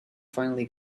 finally